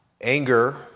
Anger